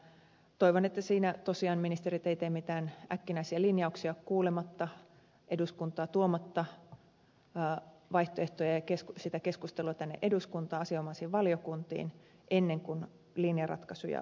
toivon että siinä tosiaan ministerit eivät tee mitään äkkinäisiä linjauksia kuulematta eduskuntaa tuomatta vaihtoehtoja ja sitä keskustelua tänne eduskuntaan asianomaisiin valiokuntiin ennen kuin linjaratkaisuja tehdään